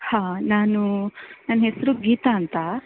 ಹಾ ನಾನು ನನ್ನ ಹೆಸರು ಗೀತಾ ಅಂತ